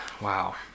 wow